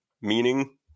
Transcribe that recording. meaning